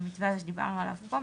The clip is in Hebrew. זה שהמתווה הזה שדיברנו עליו פה,